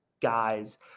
guys